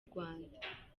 rwanda